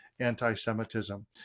anti-semitism